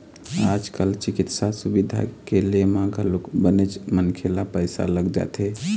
आज कल चिकित्सा सुबिधा के ले म घलोक बनेच मनखे ल पइसा लग जाथे